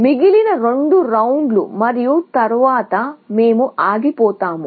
మిగిలిన రెండు రౌండ్లు తరువాత మేము ఆగిపోతాము